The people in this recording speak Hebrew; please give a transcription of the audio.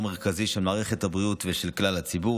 מרכזי של מערכת הבריאות ושל כלל הציבור.